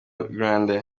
grande